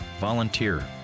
volunteer